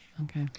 Okay